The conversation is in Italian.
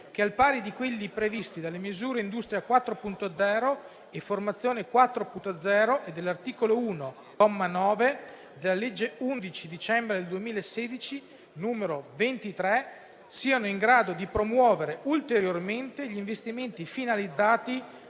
che, al pari di quelli previsti dalle misure Industria 4.0 e formazione 4.0 e dall'articolo 1, comma 9, della legge 11 dicembre 2016, n. 23, siano in grado di promuovere ulteriormente gli investimenti finalizzati